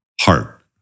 heart